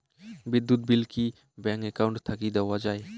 বিদ্যুৎ বিল কি bank account থাকি দেওয়া য়ায়?